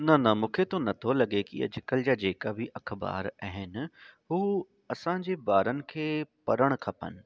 न न मूंखे त नथो लॻे की अॼु कल्ह जा जेका बि अख़बार आहिनि हू असांजे ॿारनि खे पढ़णु खपनि